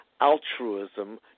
altruism